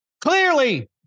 clearly